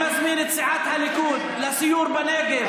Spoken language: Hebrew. אני מזמין את סיעת הליכוד לסיור בנגב.